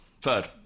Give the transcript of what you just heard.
Third